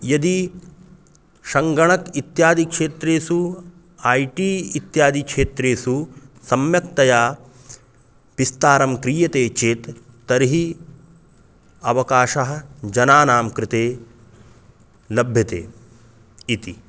यदि सङ्गणकम् इत्यादि क्षेत्रेसु ऐ टी इत्यादि क्षेत्रेषु सम्यक्तया विस्तारं क्रियते चेत् तर्हि अवकाशः जनानां कृते लभ्यते इति